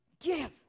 Give